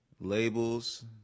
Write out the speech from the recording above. labels